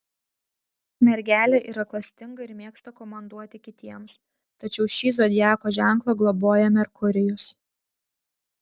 mergelė yra klastinga ir mėgsta komanduoti kitiems tačiau šį zodiako ženklą globoja merkurijus